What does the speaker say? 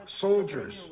soldiers